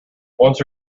once